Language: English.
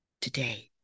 today